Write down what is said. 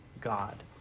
God